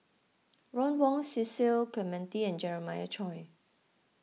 Ron Wong Cecil Clementi and Jeremiah Choy